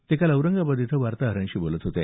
ते काल औरंगाबाद इथं वार्ताहरांशी बोलत होते